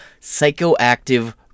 psychoactive